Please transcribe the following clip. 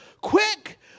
Quick